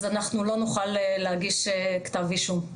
אז אנחנו לא נוכל להגיש כתב אישום.